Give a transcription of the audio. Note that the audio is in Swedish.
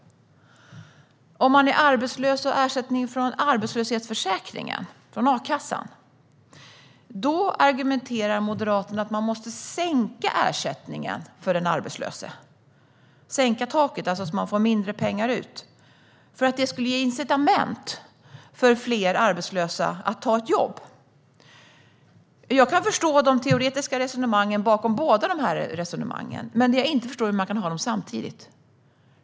När det gäller arbetslösa som har ersättning från arbetslöshetsförsäkringen, a-kassan, argumenterar Moderaterna för att man ska sänka ersättningen för dem. Man ska alltså sänka taket, så att de får ut mindre pengar. Det skulle ge incitament för fler arbetslösa att ta ett jobb. Jag kan förstå de teoretiska resonemangen bakom båda tankarna. Men det jag inte förstår är hur man kan ha dem samtidigt.